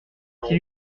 c’est